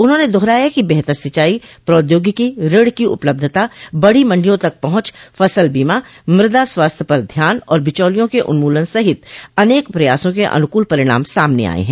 उन्होंने दोहराया कि बेहतर सिंचाई प्रौदयोगिकी ऋण की उपलब्धता बडो मंडियों तक पहुंच फसल बीमा मृदा स्वास्थ्य पर ध्यान और बिचौलियों के उन्मूलन सहित अनेक प्रयासों के अनुकूल परिणाम सामने आये हैं